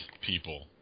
people